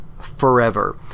forever